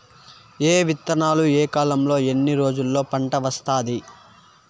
ఏ విత్తనాలు ఏ కాలంలో ఎన్ని రోజుల్లో పంట వస్తాది?